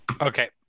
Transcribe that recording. Okay